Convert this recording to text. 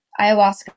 ayahuasca